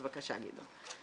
בבקשה גדעון.